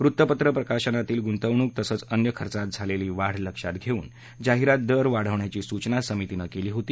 वृत्तपत्र प्रकाशनातील गुंतवणूक तसंच अन्य खर्चात झालेली वाढ लक्षात घेऊन जाहीरात दर वाढवण्याची सूचना समितीनं केली होती